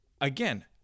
again